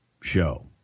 show